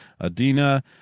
Adina